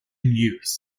use